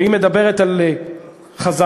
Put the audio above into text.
והיא מדברת על חזרה,